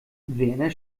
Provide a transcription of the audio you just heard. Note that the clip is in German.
werner